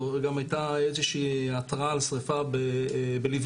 גם הייתה איזושהי התראה על שריפה בלווייתן,